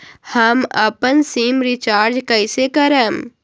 हम अपन sim recharge कइसे करम?